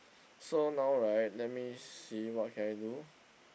so now right let me see what can I do